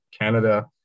Canada